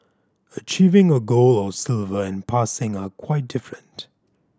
achieving a gold or silver and passing are quite different